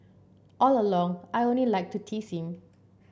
all along I only like to tease him